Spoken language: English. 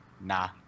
nah